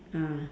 ah